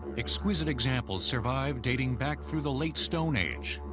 exquisite examples survive, dating back through the late stone age.